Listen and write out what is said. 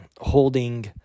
holding –